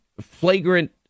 flagrant